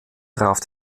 traf